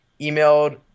emailed